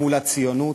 מול הציונות.